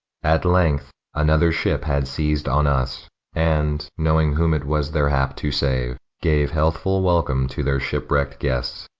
at length another ship had seiz'd on us and, knowing whom it was their hap to save, gave healthful welcome to their ship-wreck'd guests,